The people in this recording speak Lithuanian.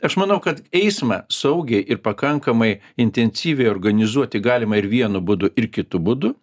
aš manau kad eismą saugiai ir pakankamai intensyviai organizuoti galima ir vienu būdu ir kitu būdu